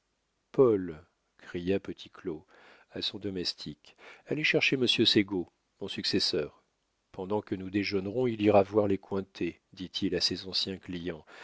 paul cria petit claud à son domestique allez chercher monsieur ségaud mon successeur pendant que nous déjeunerons il ira voir les cointet dit-il à ses anciens clients